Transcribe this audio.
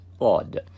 odd